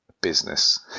business